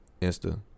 insta